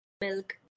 milk